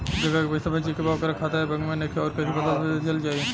जेकरा के पैसा भेजे के बा ओकर खाता ए बैंक मे नईखे और कैसे पैसा भेजल जायी?